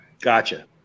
Gotcha